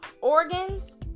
organs